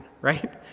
right